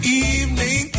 evening